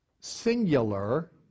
singular